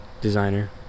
designer